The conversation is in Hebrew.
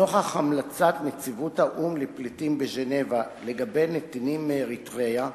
נוכח המלצת נציבות האו"ם לפליטים בז'נבה לגבי נתינים מאריתריאה